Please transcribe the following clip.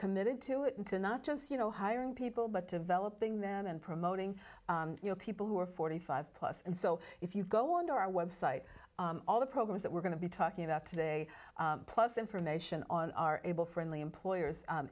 committed to it and to not just you know hiring people but developing them and promoting you know people who are forty five plus and so if you go on our website all the programs that we're going to be talking about today plus information on are able friendly employers